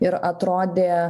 ir atrodė